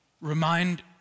Remind